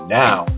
now